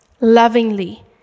lovingly